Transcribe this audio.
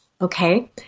Okay